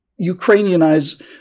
Ukrainianize